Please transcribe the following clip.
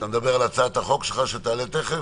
אתה מדבר על הצעת החוק שלך שתעלה תיכף?